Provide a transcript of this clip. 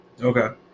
Okay